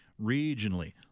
regionally